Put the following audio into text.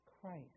Christ